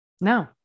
No